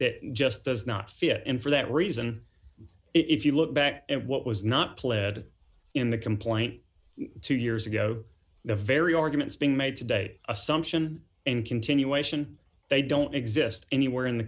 that just does not fit and for that reason if you look back at what was not pled in the complaint two years ago the very arguments being made today assumption and continuation they don't exist anywhere in the